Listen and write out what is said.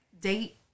date